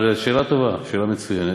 אבל שאלה טובה, שאלה מצוינת,